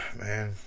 man